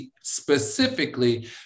specifically